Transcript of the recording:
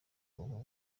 ubu